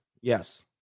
Yes